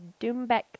Dumbek